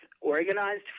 organized